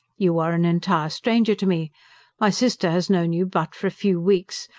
you are an entire stranger to me my sister has known you but for a few weeks,